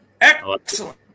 Excellent